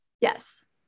Yes